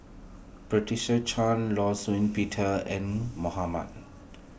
Patricia Chan Law Shau Peter and Mohamad